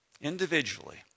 individually